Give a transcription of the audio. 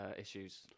issues